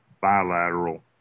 bilateral